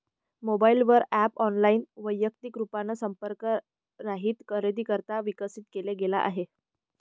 mobile वर app online, वैयक्तिक रूपाने संपर्क रहित खरेदीकरिता विकसित केला गेला आहे